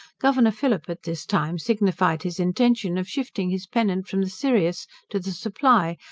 governor phillip at this time signified his intention of shifting his pennant from the sirius to the supply,